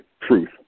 truth